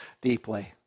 deeply